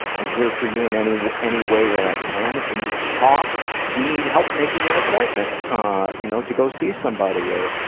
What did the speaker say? i'm here for you in any, in any way that i can. if you need to talk, you need help making an appointment, ah, you know, to go see somebody or,